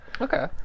Okay